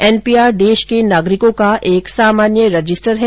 NPR देश के नागरिकों का एक सामान्य रजिस्टर है